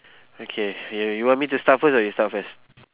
okay you you want me to start first or you start first